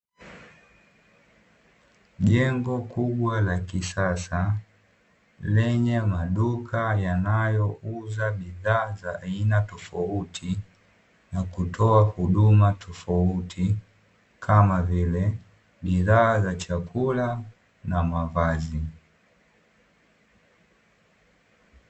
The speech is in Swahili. Jengo kubwa la kisasa lenye maduka yanayouza bidhaa za aina tofauti nakutoa huduma tofauti kama vile bidhaa za chakula na mavazi.